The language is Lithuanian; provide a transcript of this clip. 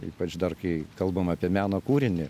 ypač dar kai kalbam apie meno kūrinį